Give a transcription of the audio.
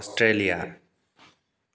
Australia